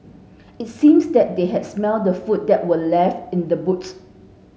it seems that they had smelt the food that were left in the boots